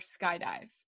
skydive